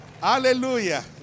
Hallelujah